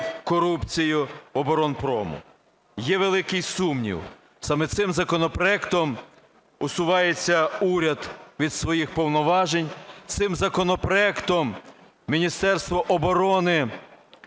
корупцію оборонпрому? Є великий сумнів. Саме цим законопроектом усувається уряд від своїх повноважень. Цим законопроектом Міністерство оборони